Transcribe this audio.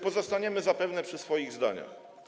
Pozostaniemy zapewne przy swoich zdaniach.